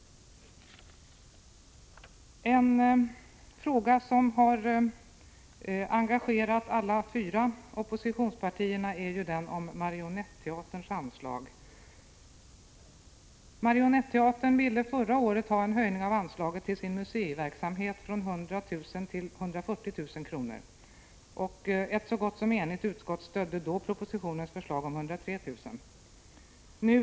En fråga som har engagerat alla de fyra oppositionspartierna är Marionetteaterns anslag. Marionetteatern ville förra året ha en höjning av anslaget till sin museiverksamhet från 100 000 till 140 000 kr. Ett så gott som enigt utskott stödde då propositionens förslag om 103 000 kr.